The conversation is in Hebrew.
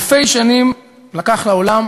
אלפי שנים לקח לעולם